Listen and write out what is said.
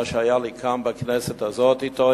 על מה שהיה לי כאן בכנסת הזאת אתו,